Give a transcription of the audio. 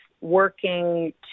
working